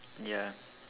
ya